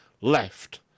left